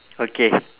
okay